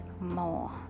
more